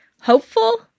hopeful